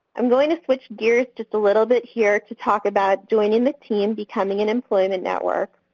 i'm going to switch gears just a little bit here to talk about joining the team, becoming an employment network.